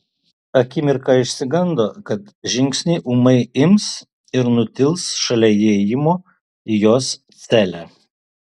akimirką išsigando kad žingsniai ūmai ims ir nutils šalia įėjimo į jos celę